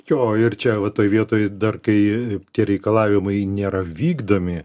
jo ir čia va toj vietoj dar kai tie reikalavimai nėra vykdomi